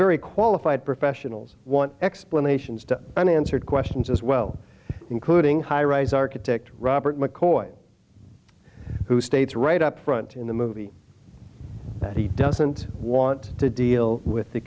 very qualified professionals want explanations to unanswered questions as well including highrise architect robert mccoy who states right up front in the movie that he doesn't want to deal with the